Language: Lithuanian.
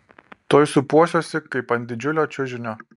tuoj sūpuosiuosi kaip ant didžiulio čiužinio